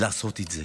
לעשות את זה.